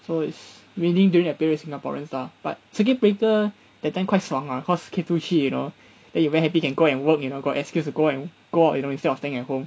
so it's really during that period singaporeans lah but circuit breaker that time quite 爽啊 cause can do shit you know then you're very happy can go and work you know got excuse to go and go out you know instead of staying at home